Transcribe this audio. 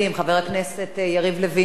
חבר הכנסת יריב לוין,